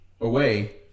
away